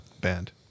Banned